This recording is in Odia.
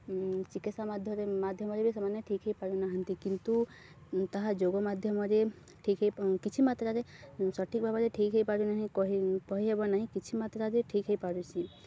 ଚିକିତ୍ସା ମାଧରେ ମାଧ୍ୟମରେ ବି ସେମାନେ ଠିକ୍ ହେଇପାରୁନାହାନ୍ତି କିନ୍ତୁ ତାହା ଯୋଗ ମାଧ୍ୟମରେ ଠିକ୍ ହେଇ କିଛି ମାତ୍ରାରେ ସଠିକ ଭାବରେ ଠିକ୍ ହେଇପାରୁନାହିଁ କହିହେବ ନାହିଁ କିଛି ମାତ୍ରାରେ ଠିକ ହେଇପାରୁଛି